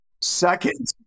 Second